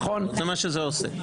זה מה שזה עושה.